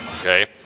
Okay